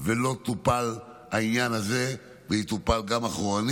ולא טופל העניין הזה, ויטופל גם אחורה,